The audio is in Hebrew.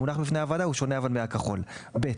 (ב)